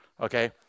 okay